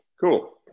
Cool